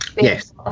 Yes